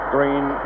Green